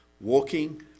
walking